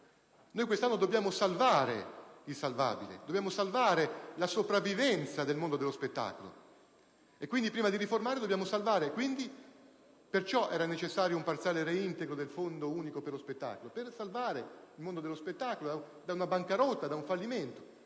Quest'anno dobbiamo salvare il salvabile, la sopravvivenza stessa del mondo dello spettacolo: per questo era necessario un parziale reintegro del Fondo unico per lo spettacolo, per salvare il mondo dello spettacolo da una bancarotta, da un fallimento.